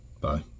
bye